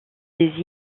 des